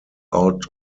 out